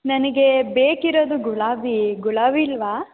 ನನಗೆ ಬೇಕಿರೋದು ಗುಲಾಬಿ ಗುಲಾಬಿ ಇಲ್ಲವಾ